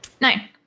Nine